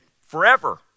forever